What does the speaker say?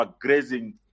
grazing